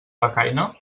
becaina